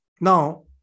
now